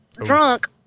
drunk